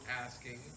asking